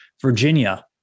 Virginia